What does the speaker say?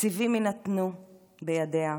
תקציבים יינתנו בידיה,